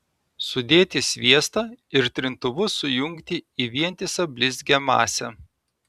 sudėti sviestą ir trintuvu sujungti į vientisą blizgią masę